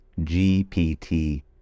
GPT